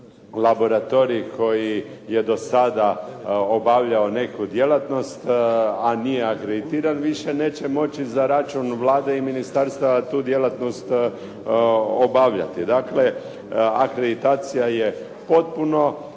laboratorij koji je do sada obavljao neku djelatnost, a nije akreditiran, više neće moći za račun Vlade i ministarstava tu djelatnost obavljati. Dakle, akreditacija je potpuno